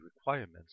requirements